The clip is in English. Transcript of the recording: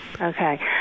Okay